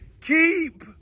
keep